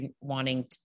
wanting